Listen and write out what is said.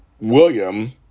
William